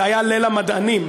זה היה ליל המדענים,